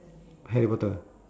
harry potter